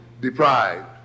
deprived